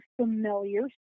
familiar